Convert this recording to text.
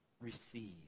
receive